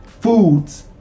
foods